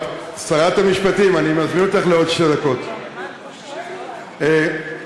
מזכירת הכנסת, מיקרופון,